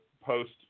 post